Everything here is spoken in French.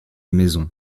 maison